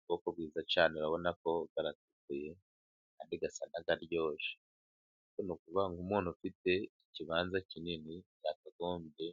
Ubwoko bwiza cyane, urabona ko aratukuye kandi asa naryoshye, hano ni ukuvuga ngo nk'umuntu ufite ikibanza kinini, yakagombye